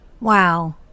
Wow